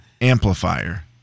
amplifier